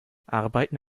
arbeiten